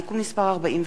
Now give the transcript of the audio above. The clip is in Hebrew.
תודה.